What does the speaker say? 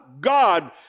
God